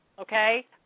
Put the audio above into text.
Okay